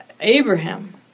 Abraham